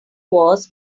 was